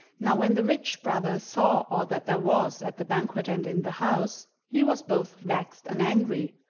now when the rich brother saw all that there was at the banquet and in the house, he was both vexed and angry,